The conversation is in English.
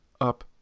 up